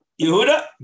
Yehuda